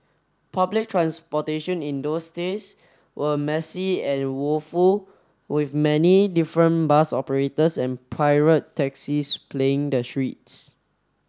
public transportation in those days were messy and woeful with many different bus operators and pirate taxis plying the streets